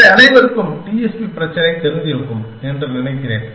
எனவே அனைவருக்கும் டிஎஸ்பி பிரச்சினை தெரிந்திருக்கும் என்று நினைக்கிறேன்